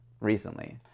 recently